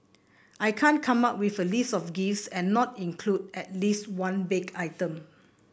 I can't come up with a list of gifts and not include at least one baked item